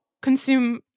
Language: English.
consume